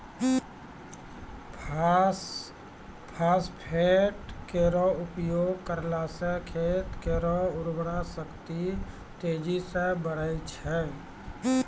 phosphate केरो उपयोग करला सें खेत केरो उर्वरा शक्ति तेजी सें बढ़ै छै